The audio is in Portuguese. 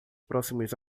próximos